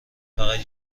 فقط